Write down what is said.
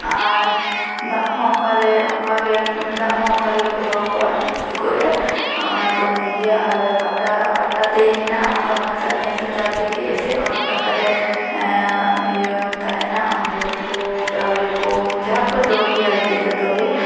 ᱟᱨ ᱫᱟᱜ ᱦᱚᱸ ᱚᱱᱠᱟ ᱞᱮ ᱚᱱᱠᱟ ᱜᱮ ᱫᱟᱜ ᱦᱚᱸ ᱚᱱᱠᱟ ᱜᱮᱞᱮ ᱫᱚᱦᱚᱸ ᱟᱠᱚᱣᱟ ᱪᱩᱠᱟᱹᱜ ᱨᱮ ᱚᱱᱟ ᱨᱮᱠᱚ ᱧᱩᱭ ᱜᱮᱭᱟ ᱟᱨ ᱯᱟᱴᱟ ᱯᱟᱴᱟ ᱴᱮᱭᱮᱧ ᱢᱮᱱᱟᱜᱼᱟ ᱚᱱᱠᱟ ᱦᱟᱱᱟ ᱥᱟ ᱱᱤᱭᱟᱹ ᱥᱟ ᱪᱟᱨ ᱫᱤᱜᱮ ᱮᱥᱮᱫ ᱚᱱᱟ ᱯᱟᱴᱟ ᱨᱮ ᱤᱭᱟᱹ ᱛᱟᱦᱮᱱᱟ ᱦᱳᱲᱳ ᱠᱚ ᱪᱟᱣᱞᱮ ᱠᱚ ᱡᱟᱦᱟᱸ ᱠᱚ ᱡᱚᱢ ᱜᱮᱭᱟ ᱟᱨᱠᱤ ᱡᱚᱛᱚ ᱜᱮ